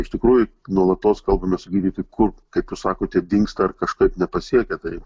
iš tikrųjų nuolatos kalbamės su gydytoju kur kaip jūs sakote dingsta ar kažkaip nepasiekia tai